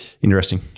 interesting